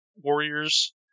Warriors